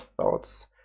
thoughts